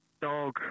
Dog